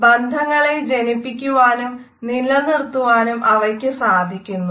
ബന്ധങ്ങളെ ജനിപ്പിക്കുവാനും നിലനിർത്തുവാനും അവയ്ക്കു സാധിക്കുന്നു